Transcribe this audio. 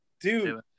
Dude